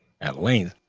at length